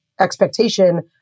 Expectation